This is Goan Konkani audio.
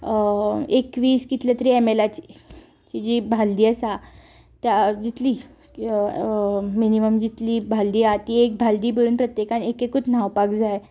एक वीस कितल्या तरी एमएलाची जी बालदी आसा त्या मिनीमम जितली बालदी आसा ती बालदी भरून प्रत्येकान एक एकूत न्हांवपाक जाय